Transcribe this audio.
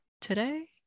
today